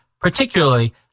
particularly